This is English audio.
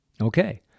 Okay